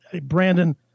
Brandon